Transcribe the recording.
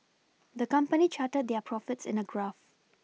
the company charted their profits in a graph